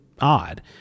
odd